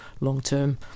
long-term